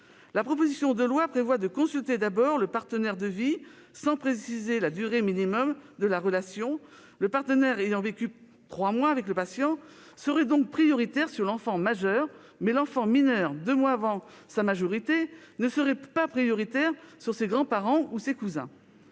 La proposition de loi prévoit que sera d'abord consulté le partenaire de vie, sans préciser la durée minimale de la relation. Le partenaire ayant vécu trois mois avec le patient serait donc prioritaire sur l'enfant majeur, mais l'enfant mineur, deux mois avant sa majorité, ne serait pas prioritaire sur ses grands-parents ou ses cousins.